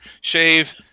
shave